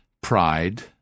pride